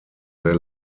sehr